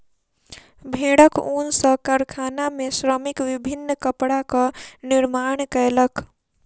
भेड़क ऊन सॅ कारखाना में श्रमिक विभिन्न कपड़ाक निर्माण कयलक